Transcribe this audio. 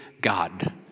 God